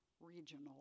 regional